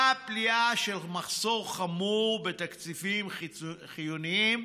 מה הפליאה שיש מחסור חמור בתקציבים חיוניים,